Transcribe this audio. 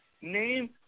name